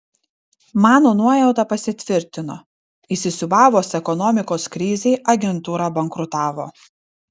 mano nuojauta pasitvirtino įsisiūbavus ekonomikos krizei agentūra bankrutavo